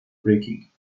breaking